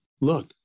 look